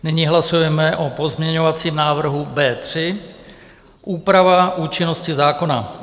Nyní hlasujeme o pozměňovacím návrhu B3, úprava účinnosti zákona.